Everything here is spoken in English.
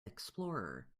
explorer